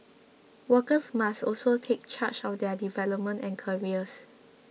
workers must also take charge of their development and careers